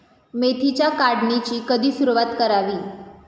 मेथीच्या काढणीची कधी सुरूवात करावी?